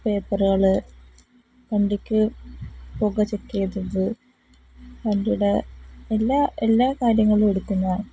പേപ്പറുകള് വണ്ടിക്ക് പുക ചെക്ക് ചെയ്തത് വണ്ടിയുടെ എല്ലാ എല്ലാ കാര്യങ്ങളും എടുക്കുന്നതാണ്